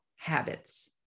habits